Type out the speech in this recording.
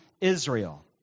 Israel